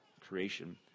creation